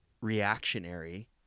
reactionary